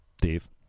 Dave